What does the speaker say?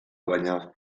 baina